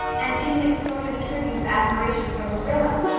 and even extorted a tribute of admiration from marilla,